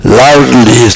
loudly